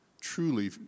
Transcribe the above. truly